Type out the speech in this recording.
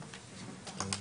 מצוין.